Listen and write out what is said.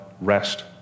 rest